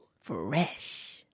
Fresh